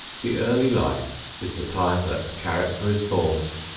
the early life is the time that character is formed,